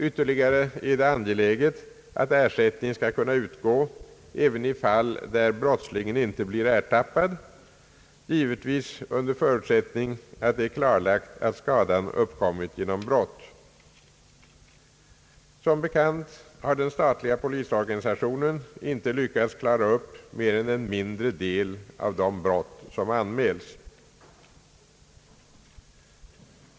Ytterligare är det angeläget att ersättning skall kunna utgå även i fall där brottslingen inte blir ertappad, givetvis under förutsättning att det är klarlagt att skadan uppkommit genom brott. Som bekant har den statliga polisorganisationen inte lyckats klara upp mer än en mindre del av de brott som anmäls.